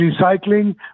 recycling